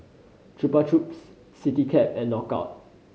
Chupa Chups Citycab and Knockout